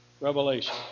Revelation